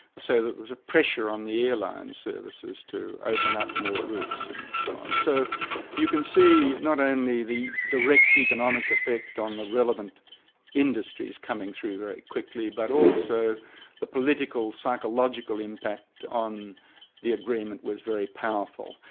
so that it was a pressure on the airline services to open up more routes, and so on. so you can see not only the direct economic effect on the relevant industries coming through very quickly, but also the political, psychological impact on the agreement was very powerful.